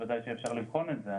ודאי שאפשר לבחון את זה,